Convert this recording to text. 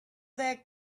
that